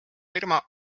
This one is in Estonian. firma